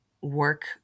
work